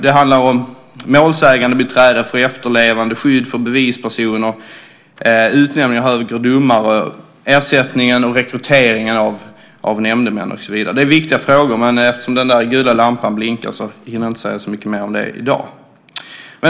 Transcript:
De handlar om målsägandebiträde för efterlevande, skydd för bevispersoner, utnämning av högre domare, ersättning till och rekrytering av nämndemän och så vidare. Det är viktiga frågor, men jag hinner inte säga så mycket mer om dem i dag.